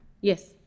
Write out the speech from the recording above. Yes